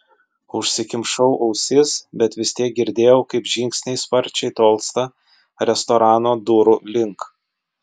užsikimšau ausis bet vis tiek girdėjau kaip žingsniai sparčiai tolsta restorano durų link